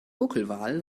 buckelwal